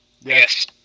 yes